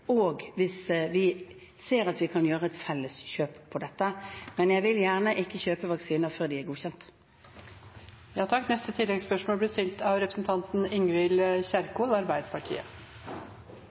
og hvis vi ser at vi kan gjøre et felles innkjøp av dem. Men jeg vil gjerne ikke kjøpe vaksiner før de er godkjent. Ingvild Kjerkol